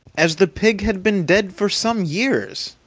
as the pig had been dead for some years.